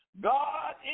God